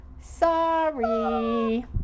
Sorry